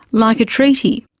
like a treaty.